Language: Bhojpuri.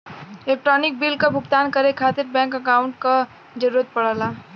इलेक्ट्रानिक बिल क भुगतान करे खातिर बैंक अकांउट क जरूरत पड़ला